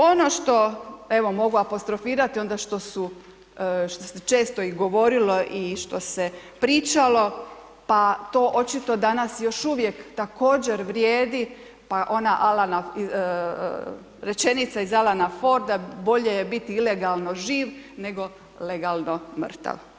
Ono što, evo mogu apostrofirati onda što su, što se često i govorilo i pričalo pa to očito danas još uvijek također vrijedi, pa ona Alana, rečenica iz Alana Forda – Bolje je biti ilegalno živ nego legalno mrtav.